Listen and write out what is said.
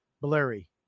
blurry